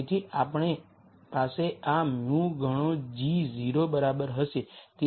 તેથી આપણી પાસે આ μ ગણો g 0 બરાબર હશે